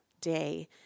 day